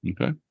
okay